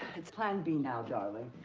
it's plan b now, darling.